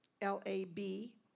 L-A-B